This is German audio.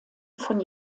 von